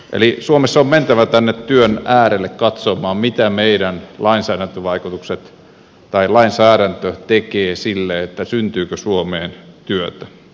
eli suomessa on mentävä tänne työn äärelle katsomaan mitä meidän lainsäädäntö tekee sille että syntyykö suomeen työtä